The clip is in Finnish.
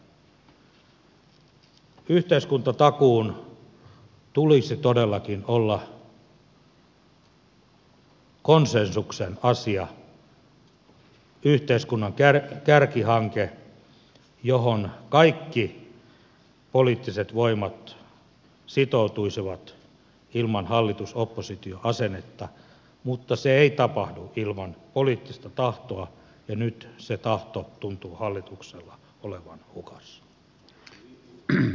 yhteiskuntatakuun tulisi todellakin olla konsensuksen asia yhteiskunnan kärkihanke johon kaikki poliittiset voimat sitoutuisivat ilman hallitusoppositio asennetta mutta se ei tapahdu ilman poliittista tahtoa ja nyt se tahto tuntuu hallituksella olevan hukassa